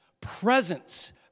presence